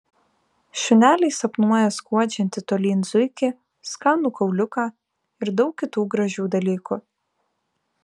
šuneliai sapnuoja skuodžiantį tolyn zuikį skanų kauliuką ir daug kitų gražių dalykų